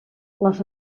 les